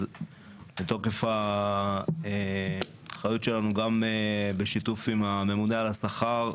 אז מתוקף האחריות שלנו גם בשיתוף עם הממונה על השכר,